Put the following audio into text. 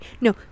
No